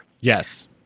Yes